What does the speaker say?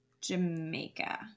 jamaica